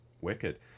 Wicked